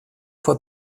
fois